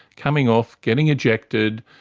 coming off, getting ejected,